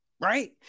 right